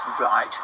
Right